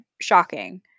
shocking